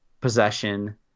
possession